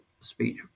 speech